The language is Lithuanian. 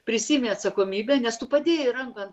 prisiimi atsakomybę nes tu padėjai ranką ant